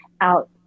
out